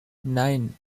nein